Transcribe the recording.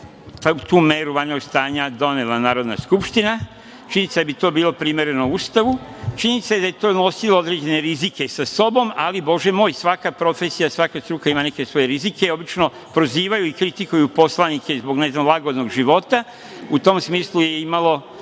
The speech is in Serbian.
je tu meru vanrednog stanja donela Narodna Skupština, činjenica je da bi to bilo primereno Ustavu, činjenica je da je to nosilo određene rizike sa sobom, ali Bože moj svaka profesija, svaka struka ima neke svoje rizike. Obično prozivaju i kritikuju poslanike, zbog ne znam lagodnog života. U tom smislu je imalo